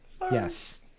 Yes